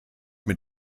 mit